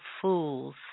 fools